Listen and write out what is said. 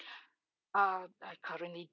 uh I currently